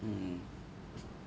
mm